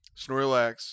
Snorlax